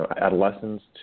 adolescents